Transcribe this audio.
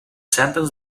sentence